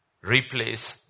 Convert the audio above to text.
Replace